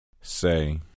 Say